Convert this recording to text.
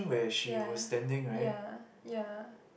ya ya ya